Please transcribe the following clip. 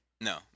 No